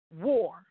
war